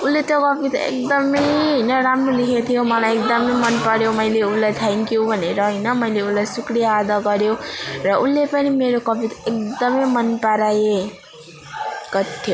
उसले त्यो कविता एकदमै होइन राम्रो लेखेको थियो मलाई एकदमै मनपर्यो मैले उसलाई थ्याङ्क यु भनेर होइन मैले उसलाई सुक्रिया अदा गर्यो र उसले पनि मेरो कविता एकदमै मनपराए कथ्य